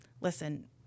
listen